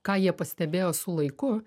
ką jie pastebėjo su laiku